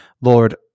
Lord